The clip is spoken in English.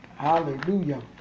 Hallelujah